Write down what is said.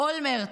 אולמרט,